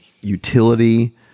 utility